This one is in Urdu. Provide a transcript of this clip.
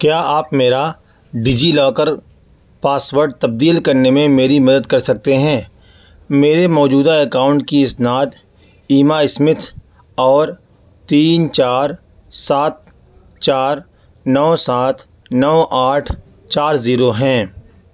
کیا آپ میرا ڈیجی لاکر پاس وڈ تبدیل کرنے میں میری مدد کر سکتے ہیں میرے موجودہ اکاؤنٹ کی اسناد ایما اسمتھ اور تین چار سات چار نو سات نو آٹھ چار زیرو ہیں